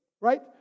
right